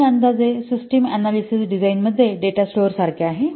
तर हे अंदाजे सिस्टम अनॅलिसिस डिझाइनच्या मध्ये डेटा स्टोअर सारखे आहे